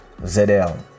zl